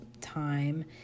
time